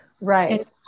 Right